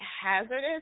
hazardous